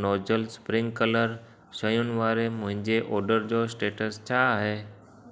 nozzle sprinkler शयूंनि वारे मुंहिंजे ऑर्डर जो स्टेटस छा आहे